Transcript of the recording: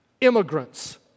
immigrants